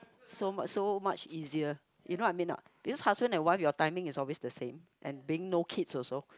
so much so much easier you know I mean not because husband and wife your timing is always the same and being no kids also